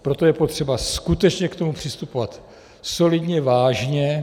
Proto je potřeba skutečně k tomu přistupovat solidně, vážně.